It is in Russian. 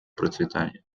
процветания